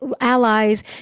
allies